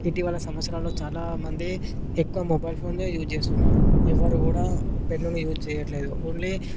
ఇటీవల సంవత్సరాలలో చాలామంది ఎక్కువ మొబైల్ ఫోన్నె యూజ్ చేస్తున్నారు ఎవరు కూడా పెన్నుని యూజ్ చేయట్లేదు ఓన్లీ